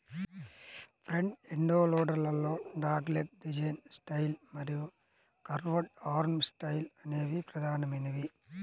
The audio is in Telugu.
ఫ్రంట్ ఎండ్ లోడర్ లలో డాగ్లెగ్ డిజైన్ స్టైల్ మరియు కర్వ్డ్ ఆర్మ్ స్టైల్ అనేవి ప్రధానమైనవి